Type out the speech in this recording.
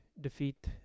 defeat